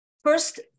First